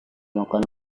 makan